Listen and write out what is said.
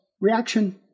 Reaction